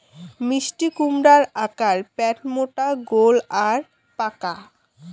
মিষ্টিকুমড়ার আকার প্যাটমোটা গোল আর পাকা